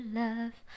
love